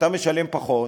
אתה משלם פחות,